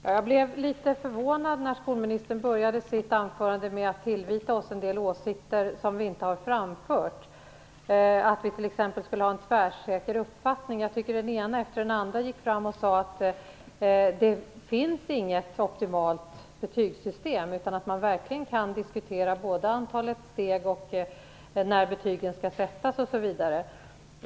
Herr talman! Jag blev litet förvånad när skolministern började sitt anförande med att tillvita oss en del åsikter som vi inte har framfört, t.ex. att vi skulle ha en tvärsäker uppfattning. Jag tycker att den ena efter den andra har sagt att det inte finns något optimalt betygssystem, utan att man verkligen kan diskutera både antalet betygssteg och frågan om när betygen skall sättas osv.